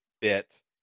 bit